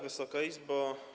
Wysoka Izbo!